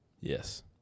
Yes